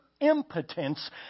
impotence